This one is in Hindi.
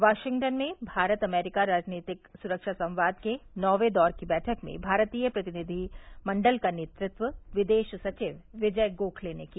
वाशिंगटन में भारत अमरीका रणनीतिक सुरक्षा संवाद के नौवें दौर की बैठक में भारतीय प्रतिनिधिमंडल का नेतृत्व विदेश सचिव विजय गोखले ने किया